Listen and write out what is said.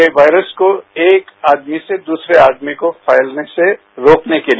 यह वायरस को एक आदमी से दूसरे आदमी को छैलने से रोकने के लिए